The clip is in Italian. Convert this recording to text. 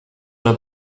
una